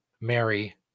Mary